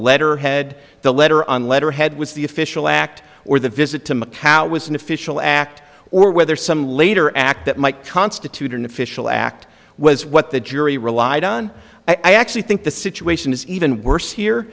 letterhead the letter on letterhead was the official act or the visit to macau was an official act or whether some later act that might constitute an official act was what the jury relied on i actually think the situation is even worse here